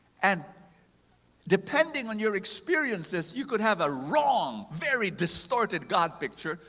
and depending on your experiences, you could have a wrong very distorted god picture.